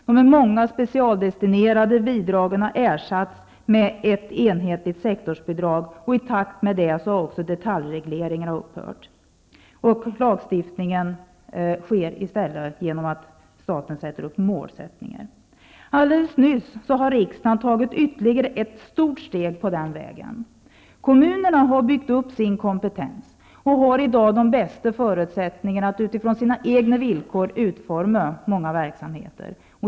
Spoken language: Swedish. De många specialdestinerade bidragen har ersatts med ett enhetligt sektorsbidrag och i takt med det har också detaljregleringen upphört. Lagstiftningen sker i stället genom att staten sätter upp mål. Alldeles nyss har riksdagen tagit ytterligare ett stort steg på den vägen. Kommunerna har byggt upp sin kompetens och har i dag de bästa förutsättningarna att utifrån sina egna villkor utforma många verksamheter.